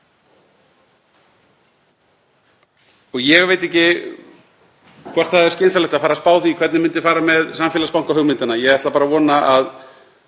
Ég veit ekki hvort það er skynsamlegt að fara að spá því hvernig myndi fara með samfélagsbankahugmyndina. Ég ætla bara að vona að